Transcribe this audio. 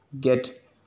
get